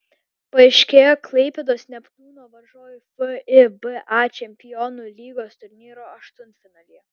paaiškėjo klaipėdos neptūno varžovai fiba čempionų lygos turnyro aštuntfinalyje